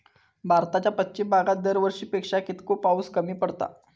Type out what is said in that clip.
भारताच्या पश्चिम भागात दरवर्षी पेक्षा कीतको पाऊस कमी पडता?